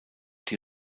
die